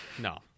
no